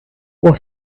what